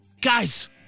Guys